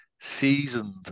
seasoned